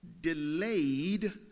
delayed